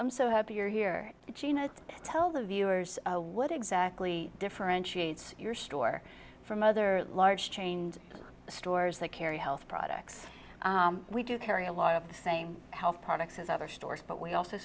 i'm so happy you're here to tell the viewers what exactly differentiates your store from other large chain stores that carry health products we do carry a lot of the same health products as other stores but we also